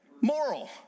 Moral